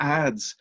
adds